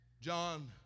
John